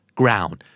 ground